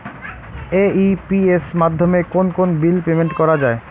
AEPS মাধ্যমে কোন কোন বিল পেমেন্ট করা যায়?